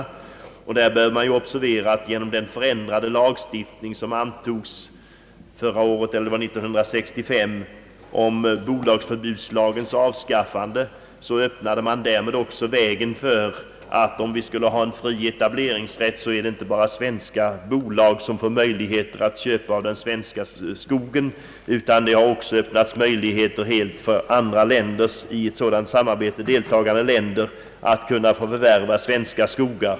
I detta sammanhang bör man observera att den förändrade lagstiftning som antogs 1965 om bolagsförbudslagens avskaffande innebär att, om vi skulle tillåta fri etablering i vårt land, inte bara svenska bolag utan också företag i länder som deltar i ett sådant samarbete finge möjlighet att förvärva svenska skogar.